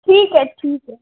ठीक है ठीक है